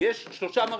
יש שלושה מרכיבים: